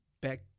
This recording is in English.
back